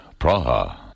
Praha